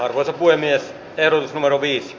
arvoisa puhemies eero numero viisi